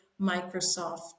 Microsoft